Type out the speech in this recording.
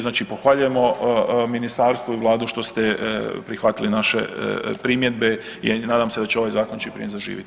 Znači pohvaljujemo ministarstvo i vladu što ste prihvatili naše primjedbe i nadam se da će ovaj zakon čim prije zaživiti.